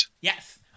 Yes